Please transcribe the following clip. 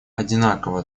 одинаково